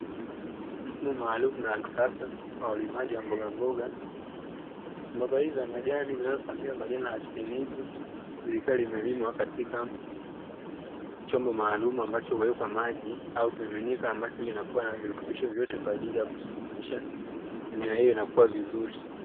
Mfumo maalumu na wakisasa unaohusika na ulimaji wa mbogamboga, mboga hizi za majani zinazofahamika kwa jina la chainizi likiwa limelimwa katika chombo maalumu ambacho huwekwa maji au kimiminika ambacho kinakua na virutubisho vyote kwaajili ya kuhakikisha mimea hiyo inakua vizuri.